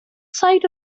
side